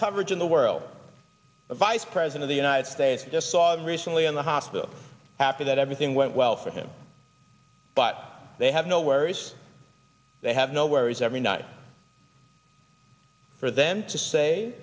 coverage in the world the vice president of the united states just saw him recently in the hospital after that everything went well for him but they have no worries they have no worries every night for them to say